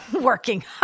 Working